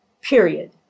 period